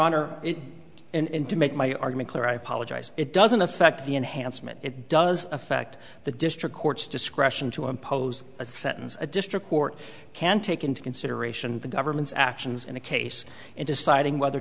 honor and to make my argument clear i apologize it doesn't affect the enhancement it does affect the district court's discretion to impose a sentence a district court can take into consideration the government's actions in a case in deciding whether